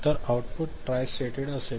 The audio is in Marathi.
तर आऊटपुट ट्राय स्टेटेड असेल